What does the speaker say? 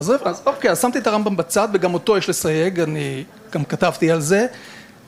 אז אוקיי, אז שמתי את הרמב״ם בצד וגם אותו יש לסייג, אני גם כתבתי על זה.